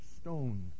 stone